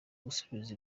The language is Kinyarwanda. gusubiza